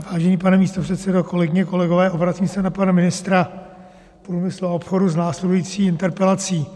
Vážený pane místopředsedo, kolegyně, kolegové, obracím se na pana ministra průmyslu a obchodu s následují interpelací.